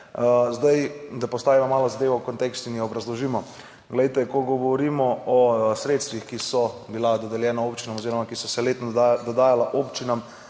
Zdaj, da postavimo malo zadevo v kontekst in jo obrazložimo. Glejte, ko govorimo o sredstvih, ki so bila dodeljena občinam oziroma, ki so se letno dodajala občinam,